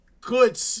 good